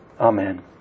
Amen